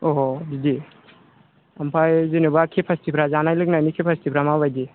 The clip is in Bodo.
अह' बिदि आमफ्राइ जेन'बा केपासिटिफ्रा जानाय लोंनायनि केपासिटिफ्रा मा बायदि